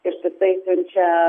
ištisai siunčia